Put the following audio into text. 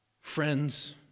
friends